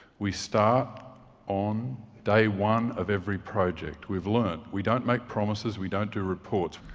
we start on day one of every project. we've learned we don't make promises, we don't do reports.